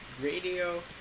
Radio